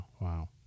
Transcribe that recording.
wow